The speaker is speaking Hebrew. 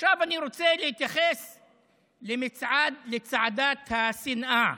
עכשיו אני רוצה להתייחס למצעד, לצעדת השנאה